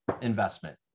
investment